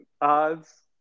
odds